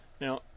Now